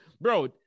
bro